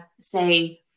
say